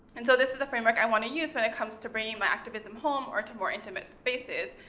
and so this is the framework i wanna use when it comes to bringing my activism home, or to more intimate spaces.